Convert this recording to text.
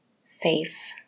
safe